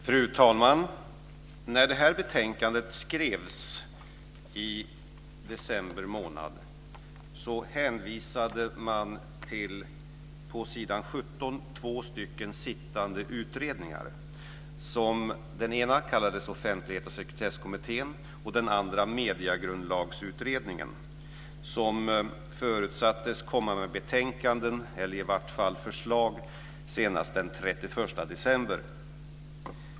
Fru talman! När det här betänkandet skrevs i december månad hänvisade man på s. 17 till två sittande utredningar. Den ena kallades Offentlighets och sekretesskommittén, den andra Mediegrundlagsutredningen. De förutsattes komma med betänkanden eller i varje fall förslag senast den 31 december.